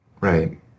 Right